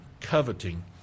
coveting